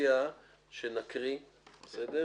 תיקון סעיף 4 3. בסעיף 4 לחוק העיקרי,